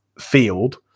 field